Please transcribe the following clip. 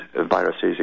viruses